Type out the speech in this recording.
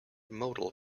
modal